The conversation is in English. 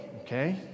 okay